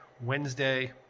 Wednesday